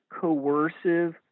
coercive